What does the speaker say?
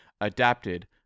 adapted